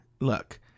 Look